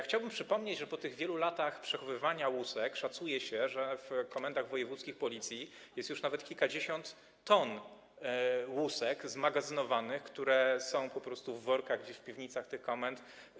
Chciałbym przypomnieć, że po tych wielu latach przechowywania łusek szacuje się, że w komendach wojewódzkich Policji jest już nawet kilkadziesiąt ton zmagazynowanych łusek, które po prostu leżą w workach gdzieś w piwnicach tych komend.